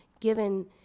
given